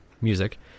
music